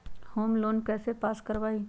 Home loan कैसे पास कर बाबई?